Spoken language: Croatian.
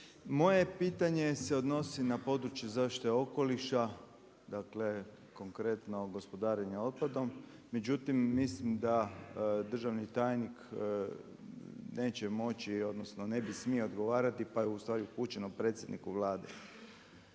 Moje pitanje se odnosi na područje zaštite okoliša, dakle konkretno gospodarenja otpadom, međutim, mislim da državni tajnik neće moći odnosno ne bi smio odgovarati pa je ustvari upućeno predsjedniku Vlade.